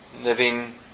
living